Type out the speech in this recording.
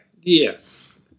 Yes